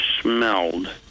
smelled